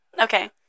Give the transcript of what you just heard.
Okay